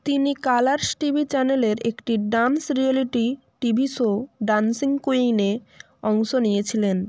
তিনি Colors TV চ্যানেলের একটি dance reality TV show dancing queen এ অংশ নিয়েছিলেন